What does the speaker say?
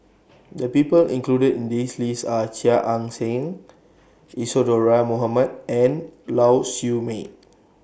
The People included in This list Are Chia Ann Siang Isadhora Mohamed and Lau Siew Mei